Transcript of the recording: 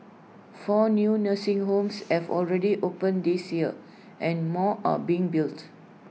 four new nursing homes have already opened this year and more are being built